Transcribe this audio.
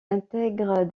intègre